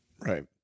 Right